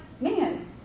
man